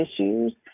issues